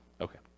Okay